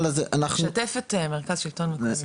שתף את מרכז השלטון המקומי.